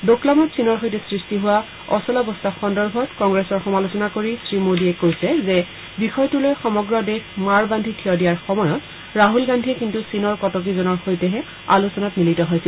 দোকলামত চীনৰ সৈতে সৃষ্টি অচলাৱস্থা সন্দৰ্ভত কংগ্ৰেছৰ সমালোচনা কৰি শ্ৰীমোদীয়ে কয় যে বিষয়টোলৈ সমগ্ৰ দেশ মাৰ বাদ্ধি থিয় দিয়াৰ সময়ত ৰাহুল গান্ধীয়ে কিন্তু চীনৰ কটকীজনৰ সৈতেহে আলোচনাত মিলিত হৈছিল